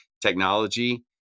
technology